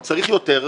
אם צריך יותר,